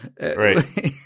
right